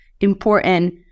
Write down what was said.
important